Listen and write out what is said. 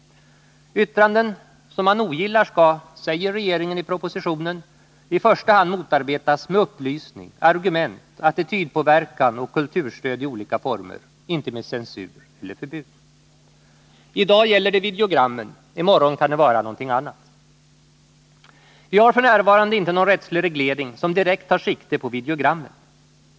Yttranden som man ogillar skall, säger regeringen i propositionen, i första hand motarbetas med upplysning, argument, attitydpåverkan och kulturstöd i olika former, inte med censur eller förbud. I dag gäller det videogrammen, i morgon kan det vara något annat. Vi har f.n. inte någon rättslig reglering, som direkt tar sikte på videogrammen.